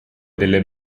delle